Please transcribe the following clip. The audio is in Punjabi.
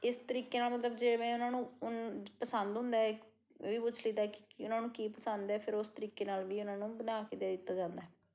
ਇਸ ਤਰੀਕੇ ਨਾਲ ਮਤਲਬ ਜਿਵੇਂ ਉਹਨਾਂ ਨੂੰ ਉਨ ਪਸੰਦ ਹੁੰਦਾ ਹੈ ਉਹ ਵੀ ਪੁੱਛ ਲਈਦਾ ਕਿ ਕੀ ਉਹਨਾਂ ਨੂੰ ਕੀ ਪਸੰਦ ਹੈ ਫਿਰ ਉਸ ਤਰੀਕੇ ਨਾਲ ਵੀ ਉਹਨਾਂ ਨੂੰ ਬਣਾ ਕੇ ਦੇ ਦਿੱਤਾ ਜਾਂਦਾ